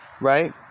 right